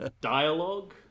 Dialogue